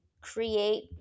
create